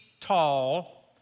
tall